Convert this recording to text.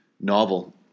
novel